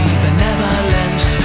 benevolence